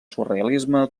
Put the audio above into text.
surrealisme